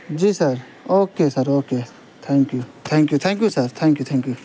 G sir okay sir okay thank you thank you thank you sir thank you thank you